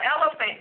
elephant